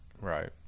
Right